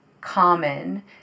common